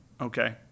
okay